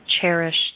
cherished